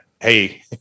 hey